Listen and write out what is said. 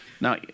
Now